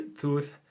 tooth